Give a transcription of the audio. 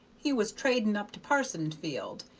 he was trading up to parsonsfield,